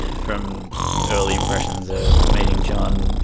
from early impressions of meeting john,